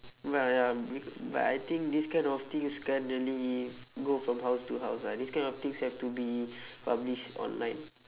ya ya becau~ but I think this kind of things can't really go from house to house ah this kind of things have to be published online